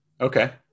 Okay